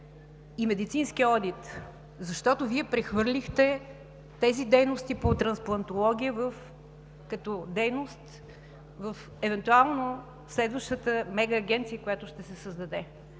и медицинския одит, защото Вие прехвърлихте дейностите по трансплантология в евентуално следващата мегаагенция, която ще се създаде.